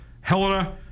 Helena